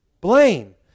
blame